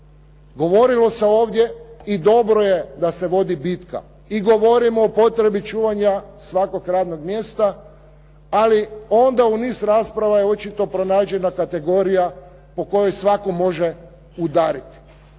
Govorilo se ovdje i dobro je da se vodi bitka i govorimo o potrebi čuvanja svakog radnog mjesta ali onda u niz rasprava je očito pronađena kategorija po kojoj svatko može udariti.